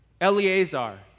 Eleazar